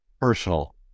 personal